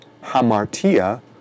hamartia